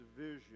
vision